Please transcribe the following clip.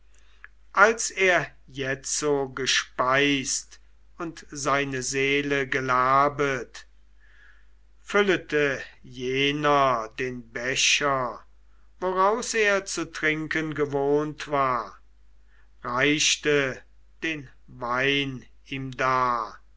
als er jetzo gespeist und seine seele gelabet füllete jener den becher woraus er zu trinken gewohnt war reichte den wein ihm dar